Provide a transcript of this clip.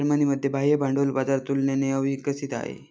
जर्मनीमध्ये बाह्य भांडवल बाजार तुलनेने अविकसित आहे